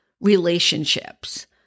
relationships